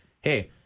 hey